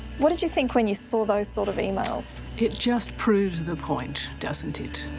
what did you think when you saw those sort of emails? it just proves the point, doesn't it?